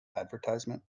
advertisement